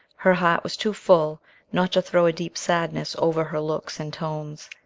her heart was too full not to throw a deep sadness over her looks and tones.